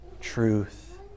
truth